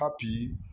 happy